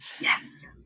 Yes